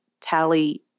Tally